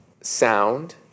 sound